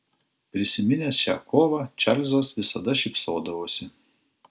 prisiminęs šią kovą čarlzas visada šypsodavosi